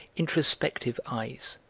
introspective eyes.